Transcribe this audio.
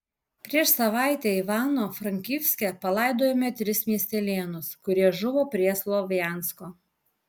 prieš savaitę ivano frankivske palaidojome tris miestelėnus kurie žuvo prie slovjansko